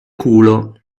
culo